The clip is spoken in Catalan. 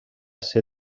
ser